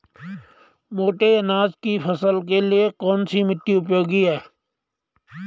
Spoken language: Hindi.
मोटे अनाज की फसल के लिए कौन सी मिट्टी उपयोगी है?